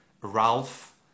ralph